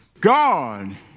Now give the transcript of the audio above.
God